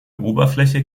oberfläche